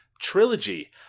Trilogy